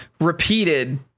repeated